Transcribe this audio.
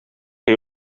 hij